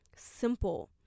simple